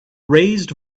raised